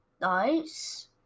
Nice